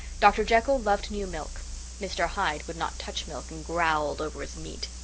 dr. jekyll loved new milk mr. hyde would not touch milk and growled over his meat.